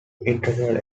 international